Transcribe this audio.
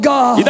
God